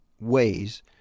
ways